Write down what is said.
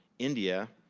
india,